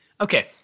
Okay